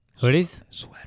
Hoodies